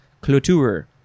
cloture